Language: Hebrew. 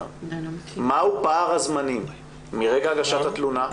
מהו פער הזמנים מרגע הגשת התלונה,